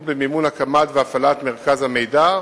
במימון הקמה והפעלה של מרכז המידע,